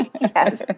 Yes